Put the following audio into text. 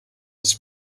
was